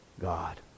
God